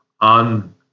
on